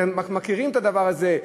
ואנחנו מכירים את הדבר הזה,